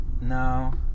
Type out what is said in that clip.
No